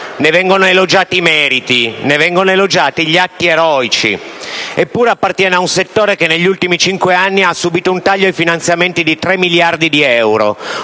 Ne vengono elogiati i meriti e gli atti eroici, eppure appartiene ad un settore che negli ultimi cinque anni ha subito un taglio ai finanziamenti di 3 miliardi di euro,